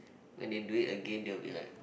when they do it again they will be like